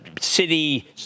City